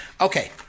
Okay